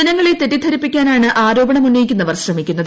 ജനങ്ങളെ തെറ്റിദ്ധരിപ്പിക്കാന്റാണ് ആരോപണമുന്നയിക്കുന്നവർ ശ്രമിക്കുന്നത്